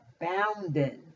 abounding